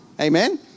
amen